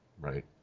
right